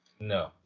No